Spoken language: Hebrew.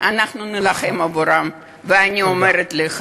הם מגדלים ילד קטן, והיא אומרת: